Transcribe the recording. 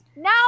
Now